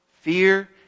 fear